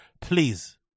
Please